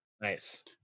Nice